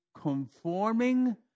conforming